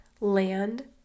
land